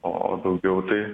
o daugiau tai